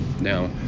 Now